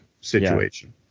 situation